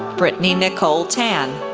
brittany nicole tan,